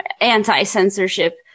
anti-censorship